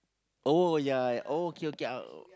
oh ya ya oh K K I'll